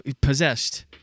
possessed